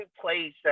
place